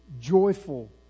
Joyful